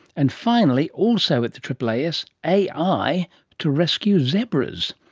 and finally, also at the aaas, ai to rescue zebras.